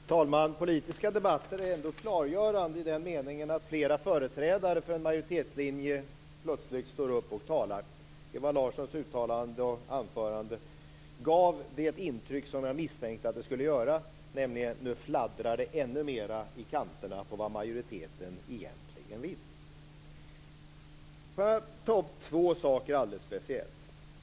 Fru talman! Politiska debatter är ändå klargörande i den meningen att flera företrädare för en majoritetslinje plötsligt står upp och talar. Ewa Larssons anförande gav det intryck som jag misstänkte att det skulle göra, nämligen att nu fladdrar det ännu mer i kanterna när det gäller vad majoriteten egentligen vill. Jag skulle vilja ta upp två saker alldeles speciellt.